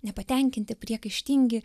nepatenkinti priekaištingi